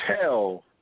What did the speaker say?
tell